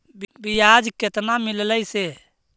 बियाज केतना मिललय से?